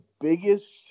biggest